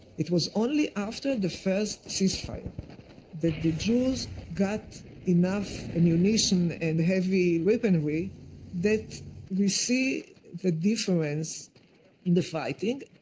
it was only after the first ceasefire that the jews got enough ammunition and heavy weaponry that we see the difference in the fighting,